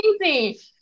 amazing